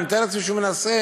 אני מתאר לעצמי שהוא מנסה.